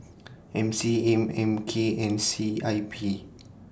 M C A M K and C I P